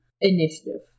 initiative